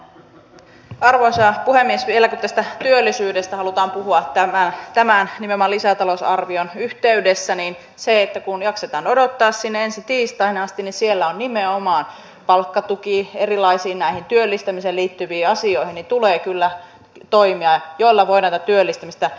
vielä kun tästä työllisyydestä halutaan puhua nimenomaan tämän lisätalousarvion yhteydessä niin jos jaksetaan odottaa sinne ensi tiistaihin asti niin siellä on nimenomaan palkkatuki ja näihin erilaisiin työllistämiseen liittyviin asioihin tulee kyllä toimia joilla voi tätä työllistämistä edistää